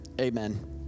Amen